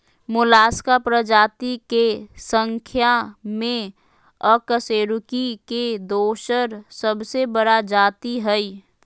Mollusca प्रजाति के संख्या में अकशेरूकीय के दोसर सबसे बड़ा जाति हइ